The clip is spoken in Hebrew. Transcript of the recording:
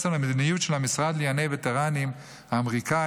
על המדיניות של המשרד לענייני וטרנים האמריקאי,